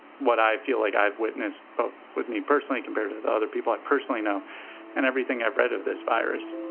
what i feel like i've witnessed both with me personally compared to the other people i personally know and everything i've read of this virus.